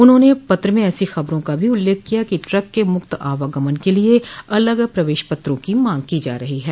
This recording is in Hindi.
उन्होंने पत्र में ऐसी खबरों का भी उल्लेख किया कि ट्रक के मुक्त आवागमन के लिए अलग प्रवेश पत्रों की मांग की जा रही है